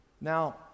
now